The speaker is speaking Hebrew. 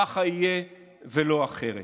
ככה יהיה ולא אחרת.